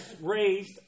raised